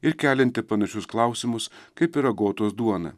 ir kelianti panašius klausimus kaip ir agotos duona